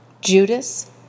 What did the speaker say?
Judas